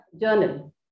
journal